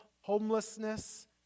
homelessness